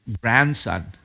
grandson